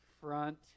Front